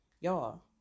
y'all